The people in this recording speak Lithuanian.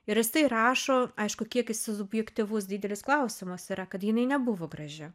ir jisai rašo aišku kiek jisai subjektyvus didelis klausimas yra kad jinai nebuvo graži